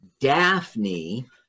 Daphne